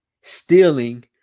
stealing